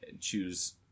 choose